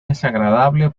desagradable